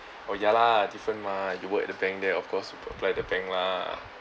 oh ya lah different mah you work at the bank there of course will apply the bank lah